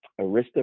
Arista